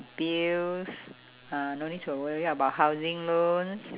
bills uh no need to worry about housing loans